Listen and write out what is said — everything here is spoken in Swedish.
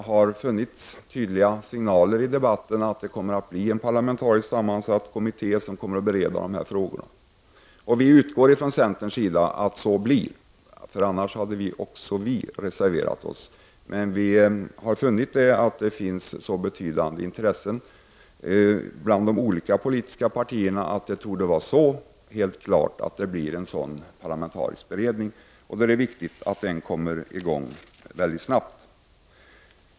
Det har förekommit tydliga signaler i debatten att en parlamentariskt sammansatt kommitté kommer att bereda dessa frågor. Vi från centerns sida utgår ifrån att så kommer att ske — annars hade även vi reserverat oss. Men vi har sett att det finns betydande intresse bland de olika politiska partierna att det borde vara helt klart att det tillsätts en parlamentarisk beredning. Det är viktigt att den kommer i gång snabbt.